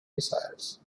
missiles